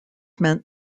meant